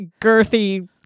girthy